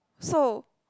so